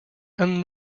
and